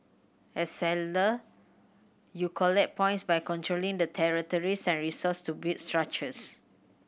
as settler you collect points by controlling the territories and resource to build structures